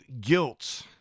guilt